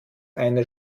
eine